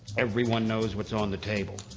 everyone knows what's on the table.